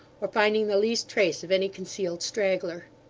or finding the least trace of any concealed straggler.